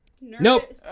Nope